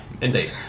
indeed